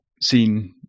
seen